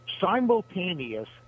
simultaneous